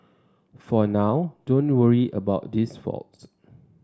for now don't worry about these faults